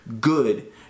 good